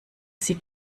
sie